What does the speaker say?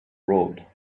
road